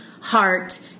heart